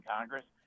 Congress